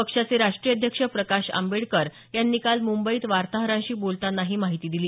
पक्षाचे राष्ट्रीय अध्यक्ष प्रकाश आंबेडकर यांनी काल मुंबईत वार्ताहरांशी बोलताना ही माहिती दिली